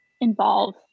involve